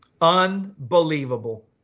Unbelievable